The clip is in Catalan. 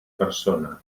persona